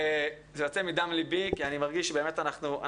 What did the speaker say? זה יוצא מדם ליבי כי אני מרגיש שאנחנו